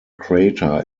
crater